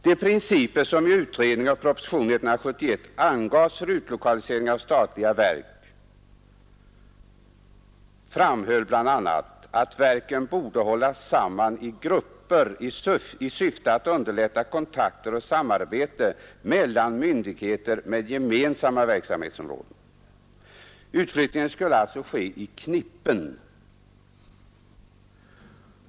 De principer som 1971 i utredning och proposition angavs för utlokalisering av statliga verk innebar bl.a. att verken borde hållas samman i grupper i syfte att underlätta kontakter och samarbete mellan myndigheter med gemensamma verksamhetsområden. Utflyttningen skulle alltså ske i ”knippen”.